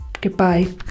Goodbye